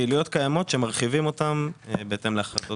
פעילויות קיימות שמרחיבים אותן בהתאם להחלטות.